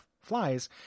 flies